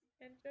Enjoy